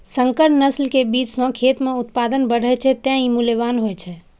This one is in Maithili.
संकर नस्ल के बीज सं खेत मे उत्पादन बढ़ै छै, तें ई मूल्यवान होइ छै